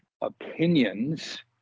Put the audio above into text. opinions